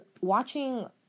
watching